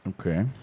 Okay